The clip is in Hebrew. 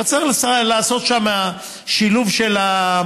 אבל צריך לעשות שם שילוב של המערך.